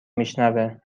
میشنوه